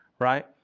Right